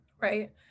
Right